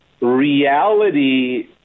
Reality